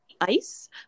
ice